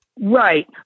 Right